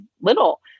little